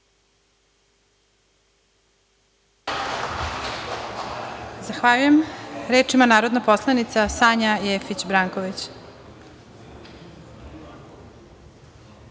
Zahvaljujem. Reč ima narodna poslanica Sanja Jefić Branković.